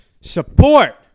Support